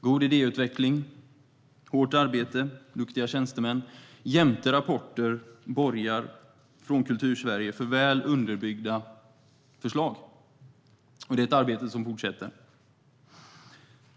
God idéutveckling, hårt arbete och duktiga tjänstemän jämte rapporter från Kultursverige borgar för väl underbyggda förslag. Det är ett arbete som fortsätter.